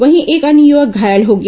वहीं एक अन्य युवक घायल हो गया